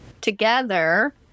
together